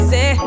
Say